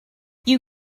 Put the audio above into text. you